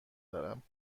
دارم